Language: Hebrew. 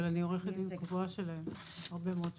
אבל עורכת דין קבועה שלהם הרבה מאוד שנים.